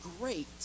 great